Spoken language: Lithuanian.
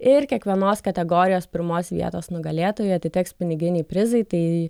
ir kiekvienos kategorijos pirmos vietos nugalėtojui atiteks piniginiai prizai tai